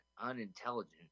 unintelligent